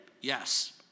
Yes